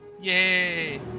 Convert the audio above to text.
Yay